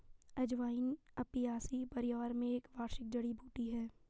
अजवाइन अपियासी परिवार में एक वार्षिक जड़ी बूटी है